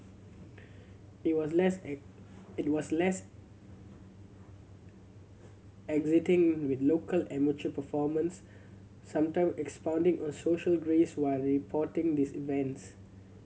it was less it was less exacting with local amateur performance sometime expounding on social grace while reporting these events